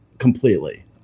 completely